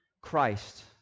Christ